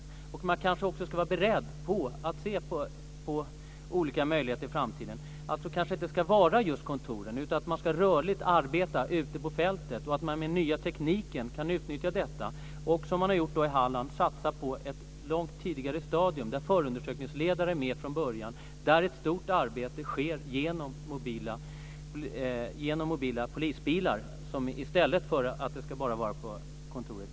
Man kanske också ska vara beredd att se på olika möjligheter i framtiden. Det kanske inte ska vara just kontor. Man kan arbeta rörligt ute på fältet. Med den nya tekniken kan man utnyttja detta. I Halland har man satsat på att förundersökningsledare är med från början, på ett långt tidigare stadium. Ett stort arbete sker genom mobil verksamhet i polisbilar i stället för bara på kontoret.